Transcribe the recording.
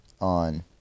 on